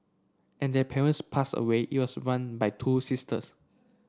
and their parents passed away it was run by two sisters